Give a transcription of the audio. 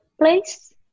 place